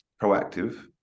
proactive